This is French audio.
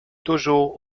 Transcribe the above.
toujours